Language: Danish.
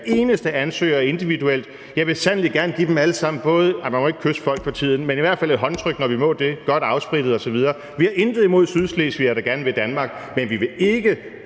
eneste ansøger individuelt. Jeg vil sandelig gerne give dem alle sammen både ... nej, man må ikke kysse folk for tiden, men i hvert fald et håndtryk, når vi må det, godt afsprittet osv. Vi har intet imod sydslesvigere, der gerne vil Danmark, men vi vil ikke